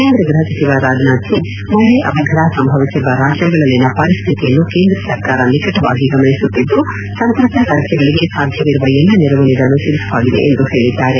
ಕೇಂದ್ರ ಗ್ರಹ ಸಚಿವ ರಾಜನಾಥ್ ಸಿಂಗ್ ಮಳೆ ಅವಘಡ ಸಂಭವಿಸಿರುವ ರಾಜ್ಯಗಳಲ್ಲಿನ ಪರಿಸ್ತಿತಿಯನ್ನು ಕೇಂದ್ರ ಸರ್ಕಾರ ನಿಕಟವಾಗಿ ಗಮನಿಸುತ್ತಿದ್ದು ಸಂತ್ರಸ್ತ ರಾಜ್ಙಗಳಿಗೆ ಸಾಧ್ಯವಿರುವ ಎಲ್ಲಾ ನೆರವು ನೀಡಲು ಸಿದ್ದವಾಗಿದೆ ಎಂದು ಹೇಳಿದ್ದಾರೆ